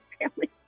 family